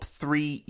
three